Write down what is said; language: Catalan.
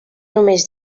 només